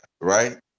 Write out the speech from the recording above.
right